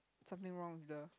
something wrong with the